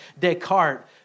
Descartes